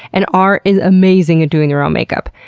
and r is amazing at doing their own make-up.